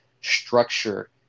structure